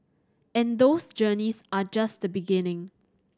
and those journeys are just the beginning